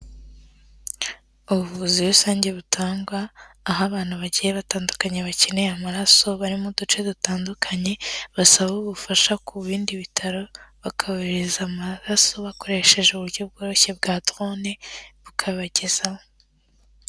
Ubuvuzi rusange butangwa aho abantu bagiye batandukanye bakeneye amaraso bari mu duce dutandukanye, basaba ubufasha ku bindi bitaro bakaboherereza amaraso bakoresheje uburyo bworoshye bwa dorone bakayabagezaho.